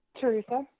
Teresa